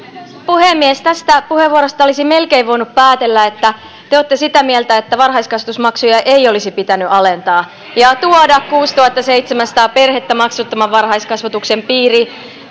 puhemies tästä puheenvuorosta olisi melkein voinut päätellä että te te olette sitä mieltä että varhaiskasvatusmaksuja ei olisi pitänyt alentaa ja tuoda kuusituhattaseitsemänsataa perhettä maksuttoman varhaiskasvatuksen piiriin